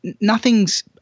nothing's